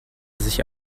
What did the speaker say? sich